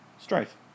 strife